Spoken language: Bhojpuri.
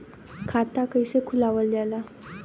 खाता कइसे खुलावल जाला?